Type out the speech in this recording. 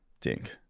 dink